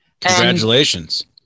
Congratulations